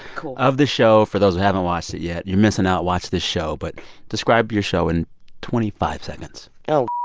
cool. of the show for those who haven't watched it yet. you're missing out. watch this show. but describe your show in twenty five seconds oh.